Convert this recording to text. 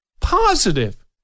positive